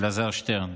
אלעזר שטרן,